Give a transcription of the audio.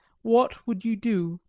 what would you do?